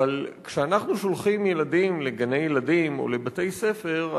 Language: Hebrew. אבל כשאנחנו שולחים ילדים לגני-ילדים או לבתי-ספר,